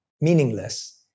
meaningless